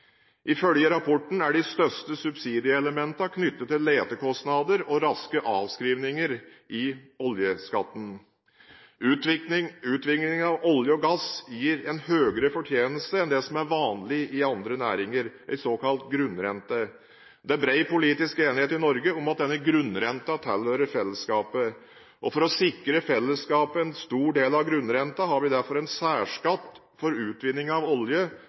Ifølge rapporten er de største subsidieelementene knyttet til letekostnadsordningen og raske avskrivinger i oljeskatten. Utvinning av olje og gass gir en høyere fortjeneste enn det som er vanlig i andre næringer, en såkalt grunnrente. Det er bred politisk enighet i Norge om at denne grunnrenten tilhører fellesskapet. For å sikre fellesskapet en stor del av grunnrenten har vi derfor en særskatt for utvinning av olje